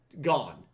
gone